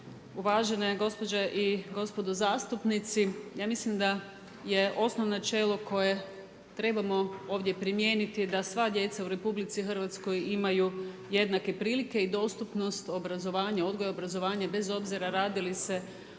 uvažene gospođe i gospodo zastupnici ja mislim da je osnovno načelo koje trebamo ovdje primijeniti da sva djeca u RH imaju jednake prilike i dostupnost obrazovanja, odgoja i obrazovanja bez obzira radi li se o,